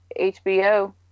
HBO